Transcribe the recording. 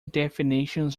definitions